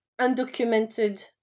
undocumented